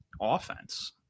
offense